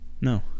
No